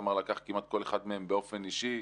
ואיתמר לקח כמעט כל אחד מהם באופן אישי,